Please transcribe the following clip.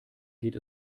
geht